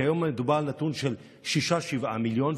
כי היום מדובר על נתון של שישה-שבעה מיליון.